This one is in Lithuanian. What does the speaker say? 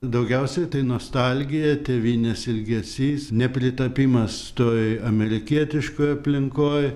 daugiausiai tai nostalgija tėvynės ilgesys nepritapimas toj amerikietiškoj aplinkoj